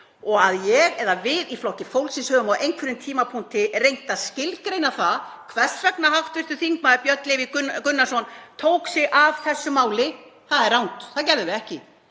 Að ég eða við í Flokki fólksins höfum á einhverjum tímapunkti reynt að skilgreina það hvers vegna hv. þm. Björn Leví Gunnarsson tók sig af þessu máli — það er rangt. Það gerðum við ekki.